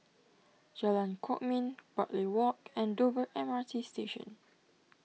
Jalan Kwok Min Bartley Walk and Dover M R T Station